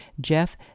Jeff